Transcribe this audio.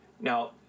Now